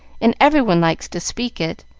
and every one likes to speak it,